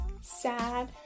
sad